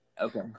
okay